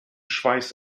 schweiß